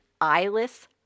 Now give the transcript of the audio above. eyeless